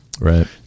Right